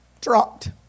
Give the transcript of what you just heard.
dropped